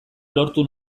lortu